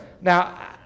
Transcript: Now